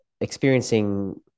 experiencing